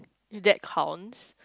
that counts